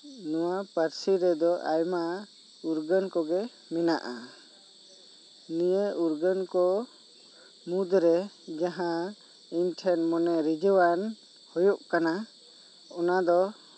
ᱱᱚᱣᱟ ᱯᱟᱨᱥᱤ ᱨᱮᱫᱚ ᱟᱭᱢᱟ ᱩᱨᱜᱟ ᱱ ᱠᱚᱜᱮ ᱢᱮᱱᱟᱜᱼᱟ ᱱᱤᱭᱟ ᱩᱨᱜᱟ ᱱ ᱠᱚ ᱢᱩᱫᱽᱨᱮ ᱡᱟᱦᱟᱸ ᱤᱧ ᱴᱷᱮᱱ ᱢᱚᱱᱮ ᱨᱤᱡᱟ ᱣᱟᱱ ᱦᱩᱭᱩᱜ ᱠᱟᱱᱟ ᱚᱱᱟ ᱫᱚ